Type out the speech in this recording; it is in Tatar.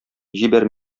җибәр